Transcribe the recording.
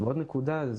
עוד נקודה.